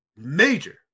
major